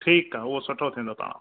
ठीकु आहे उहो सुठो थींदो पाण